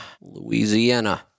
Louisiana